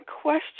question